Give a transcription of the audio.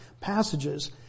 passages